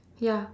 ya